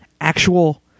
actual